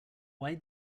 why